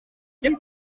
quelle